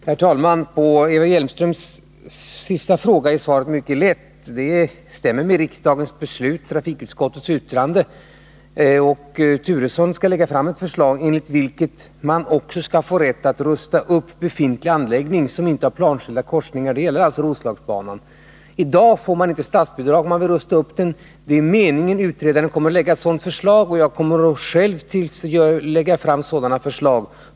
Herr talman! Eva Hjelmströms senaste fråga är mycket lätt att besvara: Svaret stämmer med riksdagens beslut och trafikutskottets uttalande. Bo Turesson skall lägga fram ett förslag enligt vilket man också skall få rätt att rusta upp befintlig anläggning som inte har planskilda korsningar, och det är det alltså fråga om för Roslagsbanan. I dag får man inte statsbidrag för sådan upprustning. Det är meningen att utredaren skall framlägga förslag om att statsbidrag skall kunna utgå, och jag kommer själv att lägga fram ett sådant förslag.